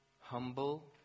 Humble